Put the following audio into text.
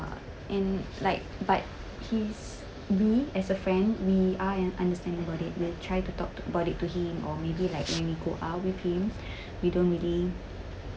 and like but he's we as a friend we are understanding about it we'll try to talk about it to him or maybe like when we go out with him we don't really